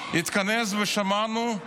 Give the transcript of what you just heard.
ושמענו את